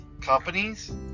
companies